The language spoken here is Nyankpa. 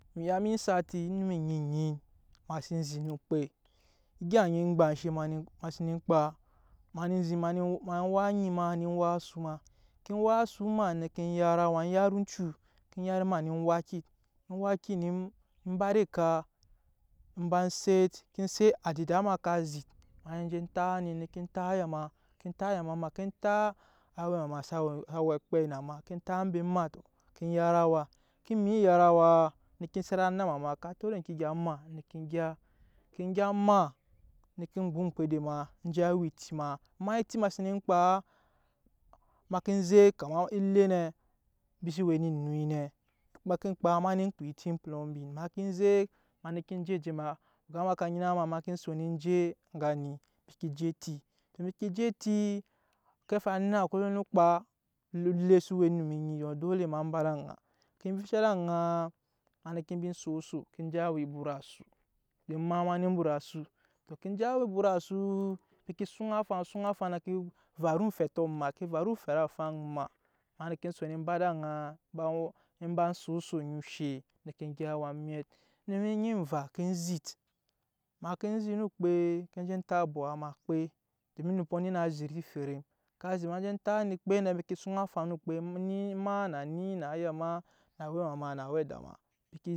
Emi ya onum sati eme onum onyi enyi ma sen zit egya enyi gba enshɛ ma neen kpa ma nen zit ma neen wak anyi ma ne wak asu ma ke wak asu ma neke yat awa en yat oncu yat emaa ne waki ewaki ne eba ed'eka mba set ke set adida ma ka zit je tap ni ne tap aya ma ke tap aya ma ne ke tap awɛma ma sa we akpɛi na ma ke tap mbe maa ke yat awa ke maa eyat awaa ne ke set anama ma ka tot eŋke egya maa ne ke gya ke gya maa ne ke jut oŋmkpede ma en je awa eti ma ema eti m senee kpa ma ke zek kama ele nɛ mbi se we eme ennui nɛ ma ke kpa ma neen kpa eti plumbing ma ke zek ma nee ke je oje ma oga ma ka nyina ma ma ke son en je eŋga ni mbi ke je eti mbi ke je eti akarfe anna lo lo kpa ele so we dole ma ba ed'aŋa ke vica ed'aŋaa ma ne ke je so oso ke je awa but asu ema ma nen but asu tɔ ke je awa ebut asu embi ke suŋ afaŋ suŋ afaŋ na ke varu omfɛtɔ maa ke varu omfɛt afaŋ maa ma neke son eba ed'aŋa eba so oso no oshe ne ke gyɛp awa emwɛt onum onyi emva ke zit ma ke zit no okpe ke je tap obaba ma okpe domin onumpɔ eni naa zit eferem ka zit ma je tap ni okpe na mbi ke suŋ afaŋ no okpe na ni ema na aya ma na awɛma ma na awɛda ma.